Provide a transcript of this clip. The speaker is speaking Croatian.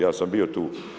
Ja sam bio tu.